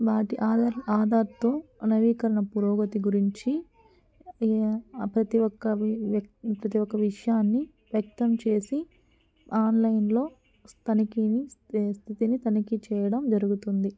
వాటి ఆధార్ ఆధార్తో నవీకరణ పురోగతి గురించి ప్రతి ఒక్క ప్రతి ఒక్క విషయాన్ని వ్యక్తం చేసి ఆన్లైన్లో తనిఖీని స్థితిని తనిఖీ చేయడం జరుగుతుంది